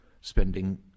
spending